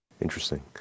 Interesting